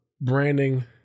branding